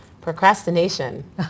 Procrastination